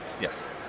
yes